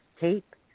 tape